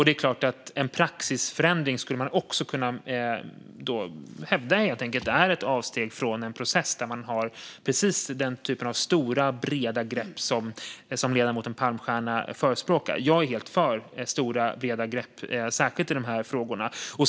En sådan förändring skulle man kunna hävda är ett avsteg från en process där man har precis den typ av stora, breda grepp som ledamoten Palmstierna förespråkar. Jag är helt för stora, breda grepp, särskilt i dessa frågor.